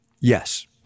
yes